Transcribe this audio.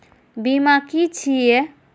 बीमा की छी ये?